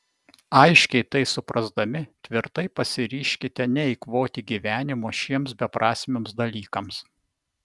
aiškiai tai suprasdami tvirtai pasiryžkite neeikvoti gyvenimo šiems beprasmiams dalykams